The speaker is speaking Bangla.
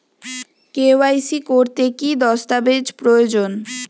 কে.ওয়াই.সি করতে কি দস্তাবেজ প্রয়োজন?